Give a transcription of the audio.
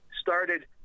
started